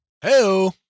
Hello